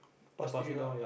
pass to you lah